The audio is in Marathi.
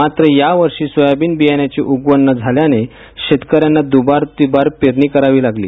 मात्र यावर्षी सोयाबीन बियाण्यांची उगवण न झाल्याने शेतकर्यां ना दुबार तिबार पेरणी करावी लागली